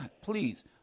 Please